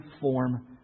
form